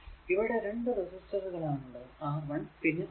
ഇവിടെ രണ്ടു റെസിസ്റ്ററുകൾ ആണുള്ളത് R 1 പിന്നെ R 2